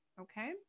Okay